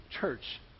church